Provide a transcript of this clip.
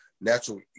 natural